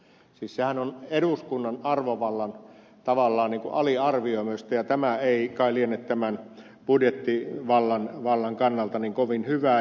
siis sehän on tavallaan eduskunnan arvovallan aliarvioimista ja tämä ei kai liene tämän budjettivallan kannalta kovin hyvä asia